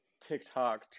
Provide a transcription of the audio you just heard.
tiktok